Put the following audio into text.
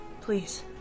Please